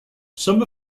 some